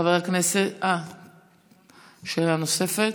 שאלה נוספת.